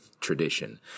tradition